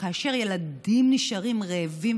כאשר ילדים נשארים רעבים,